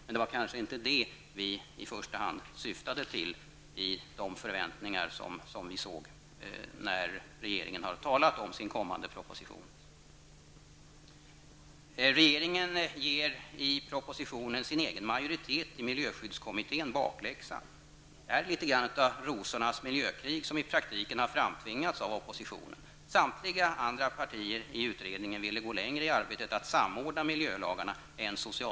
Men det var kanske inte i första hand de förväntningarna vi fick när regeringen talade om sin kommande proposition. I propositionen ger regeringen sin egen majoritet i miljöskyddskommittén bakläxa. Det är litet grand ett rosornas miljökrig, och det har i praktiken framtvingats av oppositionen. Samtliga andra partier i utredningen ville gå längre i arbetet med att samordna miljölagarna.